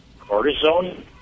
cortisone